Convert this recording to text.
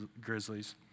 Grizzlies